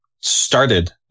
started